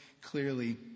clearly